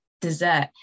dessert